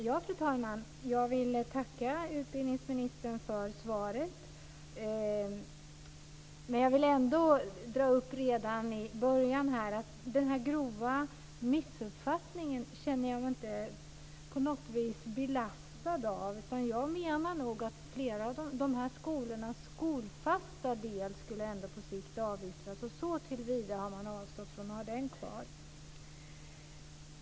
Fru talman! Jag vill tacka utbildningsministern för svaret. Jag vill redan i början säga att jag inte på något vis känner mig belastad av det här med "en grov missuppfattning". Jag menar nog att flera av de här skolornas skolfasta del på sikt skulle avyttras, och såtillvida har man avstått från att ha dem kvar.